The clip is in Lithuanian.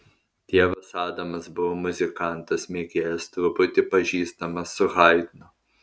tėvas adamas buvo muzikantas mėgėjas truputį pažįstamas su haidnu